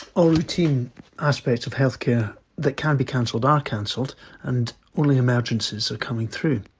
all routine aspects of healthcare that can be cancelled are cancelled and only emergencies are coming through.